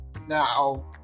Now